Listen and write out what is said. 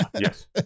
Yes